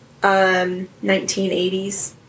1980s